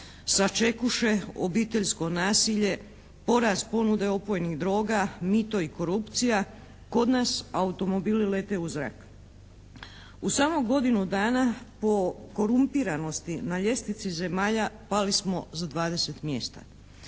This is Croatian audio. sačekuše, obiteljsko nasilje, porast ponude opojnih droga, mito i korupcija. Kod nas automobili lete u zrak. U samo godinu dana po korumpiranosti na ljestvici zemalja pali smo za 20 mjesta.